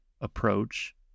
approach